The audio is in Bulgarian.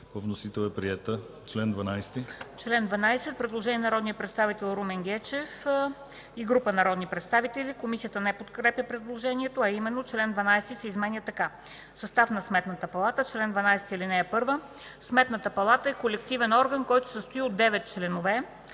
По чл. 12 има предложение на народния представител Румен Гечев и група народни представители. Комисията не подкрепя предложението, а именно: Член 12 се изменя така: „Състав на Сметната палата Чл. 12 (1) Сметната палата е колективен орган, който се състои от 9 членове,